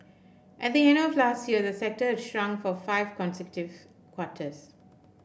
at the end of last year the sector shrunk for five consecutive quarters